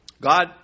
God